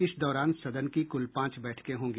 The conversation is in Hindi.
इस दौरान सदन की कुल पांच बैठकें होगी